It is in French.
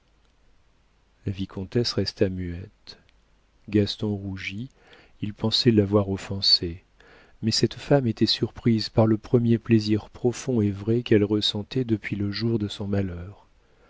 la vicomtesse resta muette gaston rougit il pensait l'avoir offensée mais cette femme était surprise par le premier plaisir profond et vrai qu'elle ressentait depuis le jour de son malheur